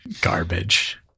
garbage